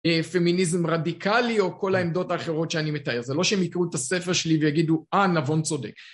פמיניזם רדיקלי או כל העמדות האחרות שאני מתאר זה לא שהם יקראו את הספר שלי ויגידו אה נבון צודק